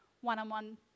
one-on-one